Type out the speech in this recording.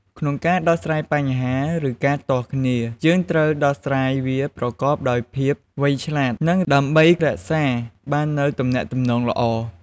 ក្នុងការដោះស្រាយបញ្ហា ឬ ការទាស់គ្នា យើងត្រូវដោះស្រាយវាប្រកបដោយភាពវៃឆ្លាត និង ដើម្បីរក្សាបាននូវទំនាក់ទំនងល្អ។